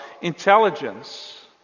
intelligence